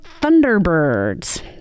Thunderbirds